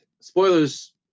spoilers